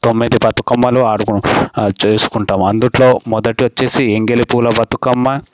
తొమ్మిది బతుకమ్మలు ఆడు చేసుకుంటాము అందులో మొదట వచ్చేసి ఎంగిలిపూల బతుకమ్మ